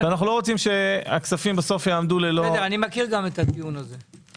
אנו לא רוצים שהכספים יעמדו ללא- -- אני מכיר גם את הטיעון הזה.